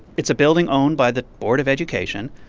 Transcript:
it's a building owned by the board of education.